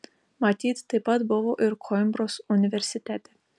matyt taip pat buvo ir koimbros universitete